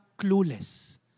clueless